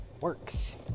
works